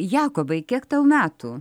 jakobai kiek tau metų